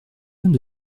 mains